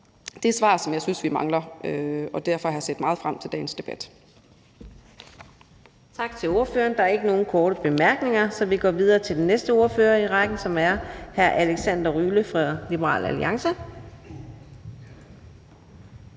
Det er svar, som jeg synes vi mangler, og derfor har jeg set meget frem til dagens debat.